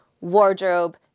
wardrobe